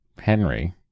Henry